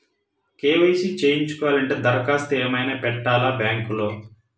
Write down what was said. KYC చేయించుకోవాలి అంటే దరఖాస్తు ఏమయినా పెట్టాలా బ్యాంకులో?